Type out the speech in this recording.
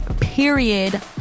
period